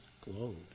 glowed